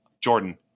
Jordan